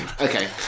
Okay